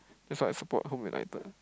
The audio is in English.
that's why I support Home-United